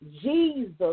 Jesus